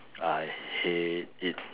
I hate it